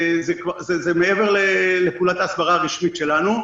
זה מעבר לפעולת ההסברה הרשמית שלנו.